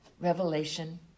Revelation